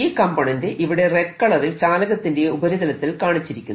ഈ കംപോണന്റ് ഇവിടെ റെഡ് കളറിൽ ചാലകത്തിന്റെ ഉപരിതലത്തിൽ കാണിച്ചിരിക്കുന്നു